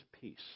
peace